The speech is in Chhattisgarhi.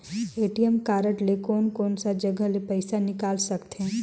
ए.टी.एम कारड ले कोन कोन सा जगह ले पइसा निकाल सकथे?